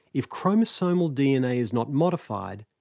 if chromosomal dna is not modified,